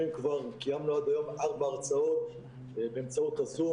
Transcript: קיימנו עד היום ארבע הרצאות באמצעות הזום,